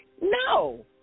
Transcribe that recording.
No